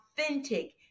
authentic